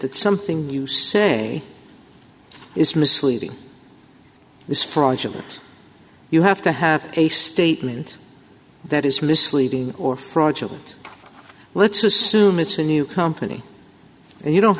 that something you say is misleading this fraudulent you have to have a statement that is misleading or fraudulent let's assume it's a new company and you don't